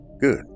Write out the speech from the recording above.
Good